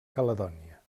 caledònia